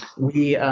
we, um,